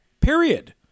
Period